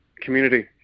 community